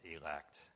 elect